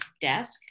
desk